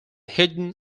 hidden